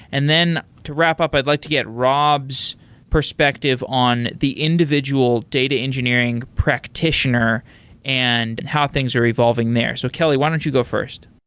and to wrap up, i'd like to get rob's perspective on the individual data engineering practioner and how things are evolving there. so, kelly, why don't you go first?